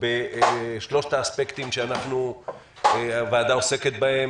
ונדון בשלושת האספקטים שהוועדה עוסקת בהם,